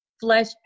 flesh